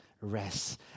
rest